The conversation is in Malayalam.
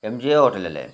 എം ജി എ ഹോട്ടലല്ലേ